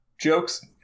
jokes